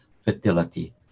fertility